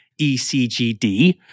ECGD